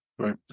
Right